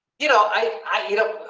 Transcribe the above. you know, i, you know,